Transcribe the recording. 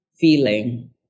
feeling